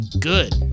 good